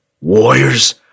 Warriors